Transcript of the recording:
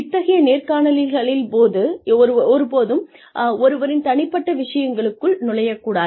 இத்தகைய நேர்காணல்களில் ஒருபோதும் ஒருவரின் தனிப்பட்ட விஷயங்களுக்குள் நுழையக் கூடாது